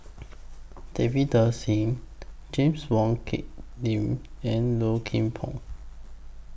Davinder Singh James Wong Tuck Yim and Low Kim Pong